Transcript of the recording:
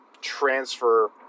transfer